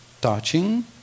touching